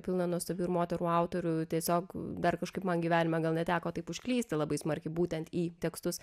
pilna nuostabių ir moterų autorių tiesiog dar kažkaip man gyvenime gal neteko taip užklysti labai smarkiai būtent į tekstus